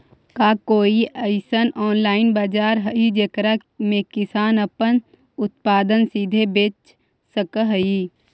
का कोई अइसन ऑनलाइन बाजार हई जेकरा में किसान अपन उत्पादन सीधे बेच सक हई?